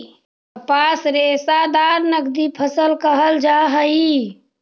कपास रेशादार नगदी फसल कहल जा हई